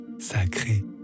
Sacré